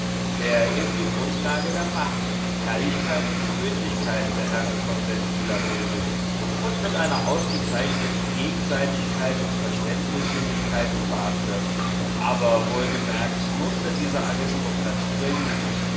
der eben die grundlage der macht herrlichkeit und gemütlichkeit der herren von seldwyla bildet und mit einer ausgezeichneten gegenseitigkeit und verständnisinnigkeit gewahrt wird aber wohlgemerkt nur unter dieser aristokratie der jugend